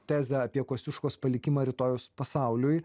tezę apie kosciuškos palikimą rytojaus pasauliui